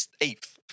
eighth